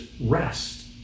rest